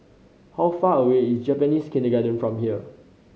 how far away is Japanese Kindergarten from here